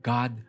God